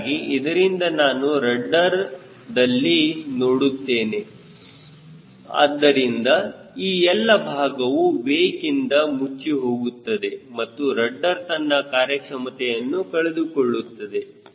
ಹೀಗಾಗಿ ಇದರಿಂದ ನಾನು ರಡ್ಡರ್ಇಲ್ಲಿ ನೋಡುತ್ತೇನೆ ಆದ್ದರಿಂದ ಈ ಎಲ್ಲ ಭಾಗವು ವೇಕ್ಇಂದ ಮುಚ್ಚಿಹೋಗುತ್ತದೆ ಮತ್ತು ರಡ್ಡರ್ ತನ್ನ ಕಾರ್ಯಕ್ಷಮತೆಯನ್ನು ಕಳೆದುಕೊಳ್ಳುತ್ತದೆ